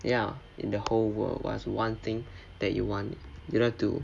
ya in the whole world what's one thing that you want you know to